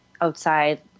outside